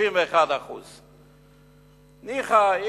51%. ניחא,